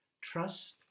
Trust